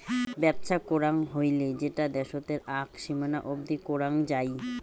বেপছা করাং হৈলে সেটা দ্যাশোতের আক সীমানা অবদি করাং যাই